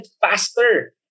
faster